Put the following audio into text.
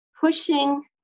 pushing